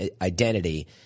identity